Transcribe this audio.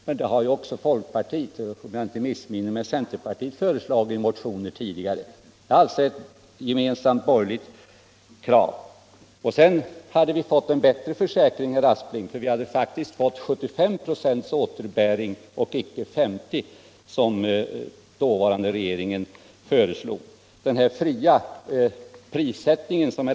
Men detta har också folkpartiet och, om jag inte missminner mig, centerpartiet tidigare föreslagit i motioner. Det är alltså ett gemensamt borgerligt krav. Herr Aspling har också fel i fråga om den fria prissättningen.